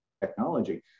technology